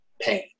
pain